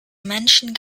menschen